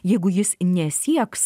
jeigu jis nesieks